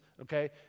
Okay